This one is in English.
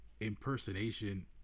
impersonation